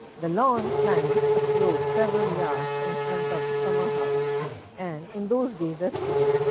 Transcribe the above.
the lawn climbs a slope several yards in front of the summer house and, in those days, as today,